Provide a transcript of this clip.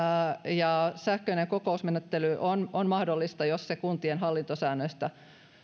ja sähköinen kokousmenettely on on mahdollista jos se kuntien hallintosäännöistä